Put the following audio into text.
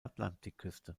atlantikküste